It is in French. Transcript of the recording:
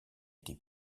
été